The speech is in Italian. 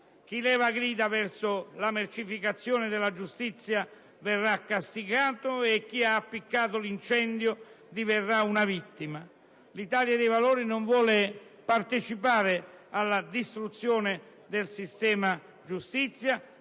chi leva grida avverso la mercificazione della giustizia verrà castigato e chi ha appiccato l'incendio diverrà una vittima. L'Italia dei Valori non vuole partecipare alla distruzione del sistema giustizia